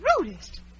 rudest